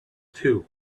too